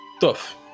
Tough